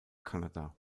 kanada